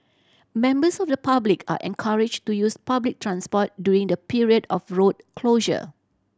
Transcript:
members of the public are encouraged to use public transport during the period of road closure